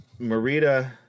Marita